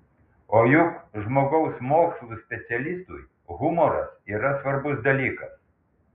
o juk žmogaus mokslų specialistui humoras yra svarbus dalykas